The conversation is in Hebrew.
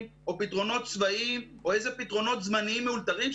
או פתרונות צבאיים או איזה פתרונות זמניים מאולתרים,